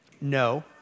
No